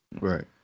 Right